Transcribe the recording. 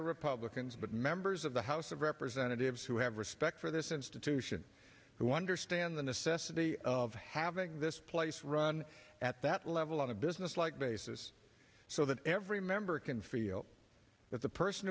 or republicans but members of the house of representatives who have respect for this institution who understand the necessity of having this place run at that level on a business like basis so that every member can feel that the person